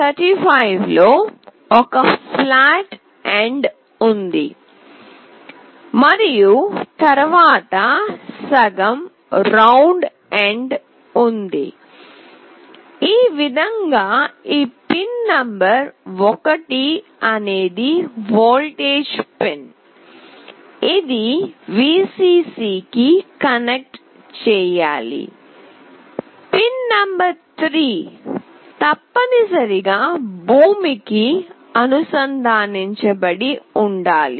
LM35 లో ఒక flat end ఉంది మరియు తరువాత సగం రౌండ్ ఎండ్ ఉంది ఈ విధంగా ఈ పిన్ నంబర్ 1 అనేది వోల్టేజ్ పిన్ ఇది Vcc కి కనెక్ట్ చేయాలి పిన్ నంబర్ 3 తప్పనిసరిగా భూమికి అనుసంధానించబడి ఉండాలి